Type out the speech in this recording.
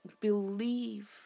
believe